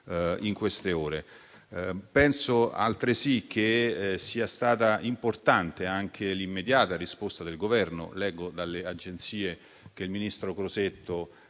in queste ore. Penso, altresì, che sia stata importante anche l'immediata risposta del Governo. Leggo dalle agenzie che il ministro Crosetto